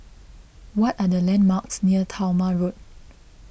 what are the landmarks near Talma Road